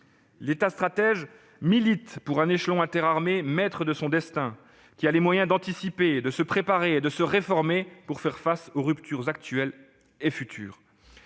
capitalise. Il milite pour un échelon interarmées maître de son destin, ayant les moyens d'anticiper, de se préparer et de se réformer pour faire face aux ruptures actuelles et futures.